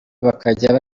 bakajya